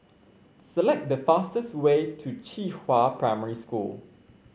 select the fastest way to Qihua Primary School